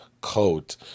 coat